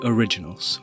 Originals